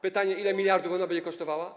Pytanie: Ile miliardów ona będzie kosztowała?